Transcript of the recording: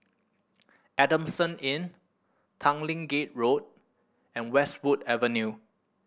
Adamson Inn Tanglin Gate Road and Westwood Avenue